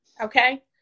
Okay